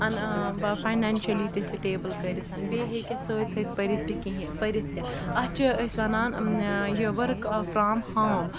اَن financially تہِ stable کٔرِتھ بیٚیہِ ہیٚکہِ سۭتۍ سۭتۍ پٔرِتھ تہِ کِہِنۍ پٔرِتھ تہِ اَتھ چھُ أسۍ وَنان یہِ ؤرٕک فرٛام ہوم